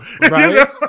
Right